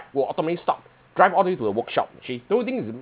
will automatic stop drive all the way to the workshop actually don't you think it's a